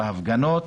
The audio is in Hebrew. בהפגנות,